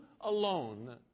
alone